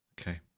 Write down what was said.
Okay